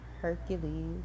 Hercules